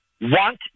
want